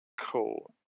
cool